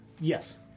Yes